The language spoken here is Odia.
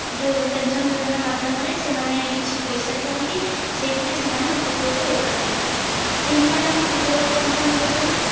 ଯେଉଁ ପେନସନ୍ ଯୋଜନା ମାଧ୍ୟମରେ ସେମାନେ କିଛି ପଇସା ଦିଅନ୍ତି ସେଥିରେ ସେମାନେ ଉପକୃତ ହୋଇପାରୁଛନ୍ତି ଇନ୍ଦିରା ଗାନ୍ଧୀ ବିଧବା ପେନସନ୍ ଯୋଜନା